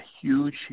huge